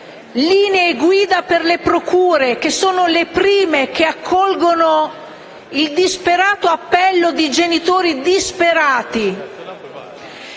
linee guida per le procure, le prime ad accogliere il disperato appello di genitori disperati;